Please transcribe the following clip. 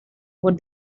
what